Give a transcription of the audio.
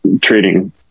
trading